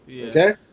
Okay